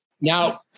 Now